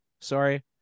sorry